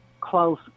close